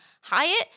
Hyatt